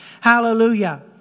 Hallelujah